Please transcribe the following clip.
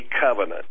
covenant